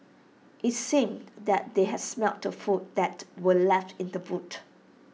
IT seemed that they had smelt the food that were left in the boot